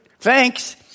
thanks